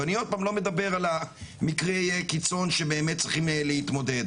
ואני עוד פעם לא מדבר על מקרי הקיצון שצריכים להתמודד.